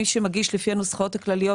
מי שמגיש לפני הנוסחאות הכלליות,